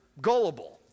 gullible